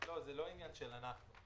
זה לא עניין שלנו.